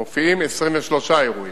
מופיעים 23 אירועים.